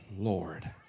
Lord